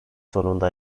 sonunda